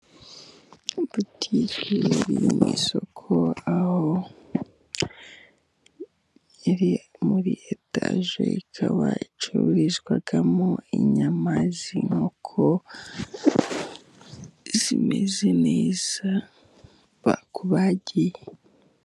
Ibutiki iri mu isoko aho iri muri etaje, ikaba icururizwamo inyama z'inkoko zimeze neza bakubagiye.